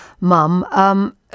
mum